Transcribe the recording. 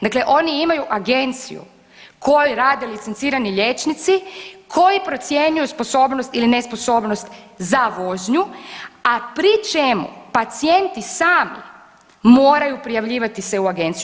Dakle, oni imaju agenciju koju rade licencirani liječnici koji procjenjuju sposobnost ili nesposobnost za vožnju, a pri čemu pacijenti sami moraju prijavljivati se u agenciju.